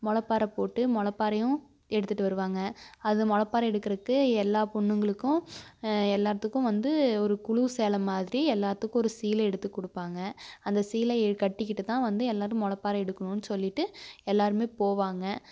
முளப்பாற போட்டு முளப்பாறையும் எடுத்துகிட்டு வருவாங்க அது முளப்பாற எடுக்குறதுக்கு எல்லாம் பொண்ணுங்களுக்கும் எல்லாத்துக்கும் வந்து ஒரு குழு சேலை மாதிரி எல்லாத்துக்கும் ஒரு சீலை எடுத்து கொடுப்பாங்க அந்த சீலையை கட்டிக்கிட்டு தான் வந்து எல்லாரும் முளப்பாற எடுக்கணுன்னு சொல்லிவிட்டு எல்லாருமே போவாங்க